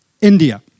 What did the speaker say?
India